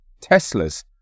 Teslas